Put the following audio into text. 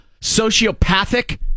sociopathic